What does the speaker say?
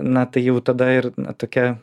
na tai jau tada ir tokia